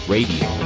Radio